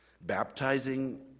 baptizing